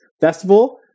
festival